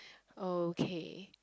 okay